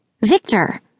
Victor